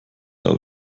aber